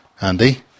Andy